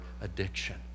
addiction